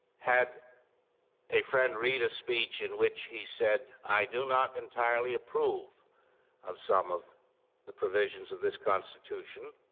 had a friend read a speech in which he said i do not entirely approve of some of the provisions of this constitution,